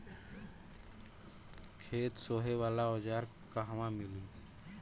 खेत सोहे वाला औज़ार कहवा मिली?